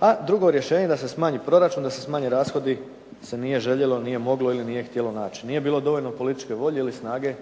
A drugo rješenje da se smanji proračun, da se smanje rashodi se nije željelo, nije moglo ili nije htjelo naći. Nije bilo dovoljno političke volje ili snage